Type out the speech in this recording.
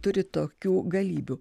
turi tokių galybių